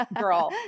Girl